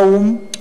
והאו"ם,